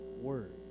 word